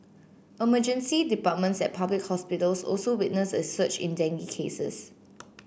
emergency departments at public hospitals also witnessed a surge in dengue cases